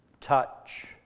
touch